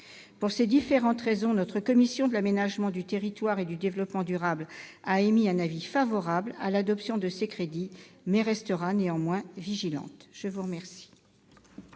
Pour ces différentes raisons, la commission de l'aménagement du territoire et du développement durable a émis un avis favorable sur l'adoption de ces crédits, mais elle restera néanmoins vigilante. Mes chers